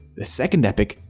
the second epic,